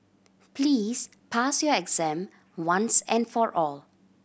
please pass your exam once and for all